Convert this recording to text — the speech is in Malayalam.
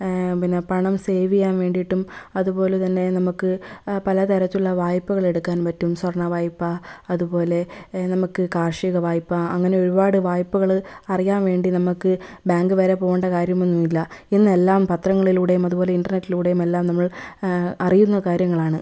പിന്നെ പണം സേവ് ചെയ്യാൻ വേണ്ടിയിട്ടും അതുപോലെ തന്നെ നമുക്ക് പല തരത്തിലുള്ള വായ്പകളെടുക്കാൻ പറ്റും സ്വർണ വായ്പ അതുപോലെ നമുക്ക് കാർഷിക വായ്പ അങ്ങനെ ഒരുപാട് വായ്പകള് അറിയാൻ വേണ്ടി നമുക്ക് ബാങ്ക് വരെ പോകേണ്ട കാര്യമൊന്നുമില്ല ഇന്നെല്ലാം പത്രങ്ങളിലൂടെയും അതുപോലെ ഇൻ്റർനെറ്റിലൂടെയും എല്ലാം നമ്മൾ അറിയുന്ന കാര്യങ്ങളാണ്